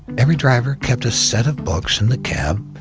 every driver kept a set of books in the cab,